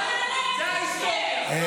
מי קנה להם נשק?